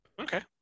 okay